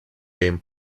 game